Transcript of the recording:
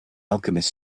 alchemist